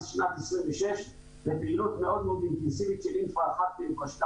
שנת 2026 לפעילות מאוד מאוד אינטנסיבית של אינפרא 1 ואינפרא 2,